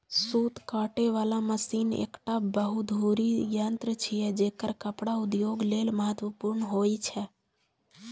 सूत काटे बला मशीन एकटा बहुधुरी यंत्र छियै, जेकर कपड़ा उद्योग लेल महत्वपूर्ण होइ छै